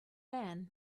man